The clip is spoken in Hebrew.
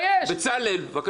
בצלאל, בבקשה.